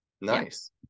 Nice